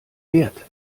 wert